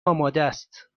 آمادست